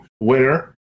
winner